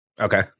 Okay